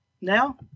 now